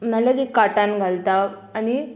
नाल्या ती काटान घालता आनी